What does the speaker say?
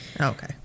Okay